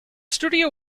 studio